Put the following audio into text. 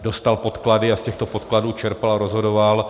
Dostal podklady a z těchto podkladů čerpal a rozhodoval.